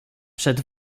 przed